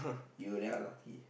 you damn lucky